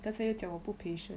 刚才又讲我不 patient